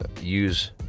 use